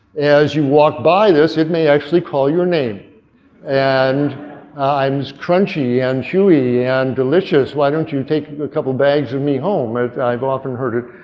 as you walk by this it may actually call your name and i'm crunchy and chewy and delicious. why don't you take a couple bags of me home. i've often heard it,